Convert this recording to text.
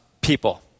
people